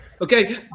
Okay